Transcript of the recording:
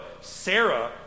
Sarah